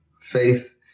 faith